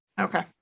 Okay